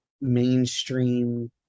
mainstream